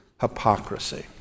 hypocrisy